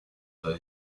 for